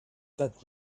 that